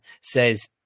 says